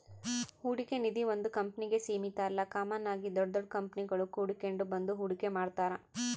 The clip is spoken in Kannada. ಹೂಡಿಕೆ ನಿಧೀ ಒಂದು ಕಂಪ್ನಿಗೆ ಸೀಮಿತ ಅಲ್ಲ ಕಾಮನ್ ಆಗಿ ದೊಡ್ ದೊಡ್ ಕಂಪನಿಗುಳು ಕೂಡಿಕೆಂಡ್ ಬಂದು ಹೂಡಿಕೆ ಮಾಡ್ತಾರ